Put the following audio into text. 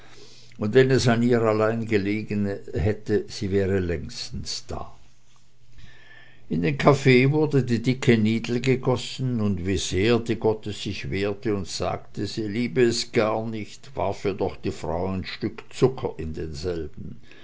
spät wenn es an ihr allein gelegen hätte sie wäre längstens da in den kaffee wurde die dicke nidel gegossen und wie sehr die gotte sich wehrte und sagte sie liebe es gar nicht warf ihr doch die frau ein stück zucker in denselben